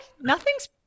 nothing's